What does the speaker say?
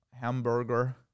hamburger